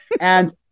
And-